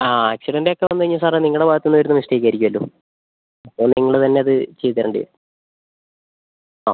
ആ ആക്സിഡന്റ് ഒക്കെ വന്ന് കഴിഞ്ഞാൽ സാറേ നിങ്ങളുടെ ഭാഗത്തുനിന്ന് വരുന്ന മിസ്റ്റേക്ക് ആയിരിക്കുമല്ലോ അപ്പോൾ നിങ്ങൾ തന്നെ അത് ചെയ്ത് തരേണ്ടി വരും ആ